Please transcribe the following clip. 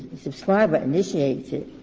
subscriber initiates it.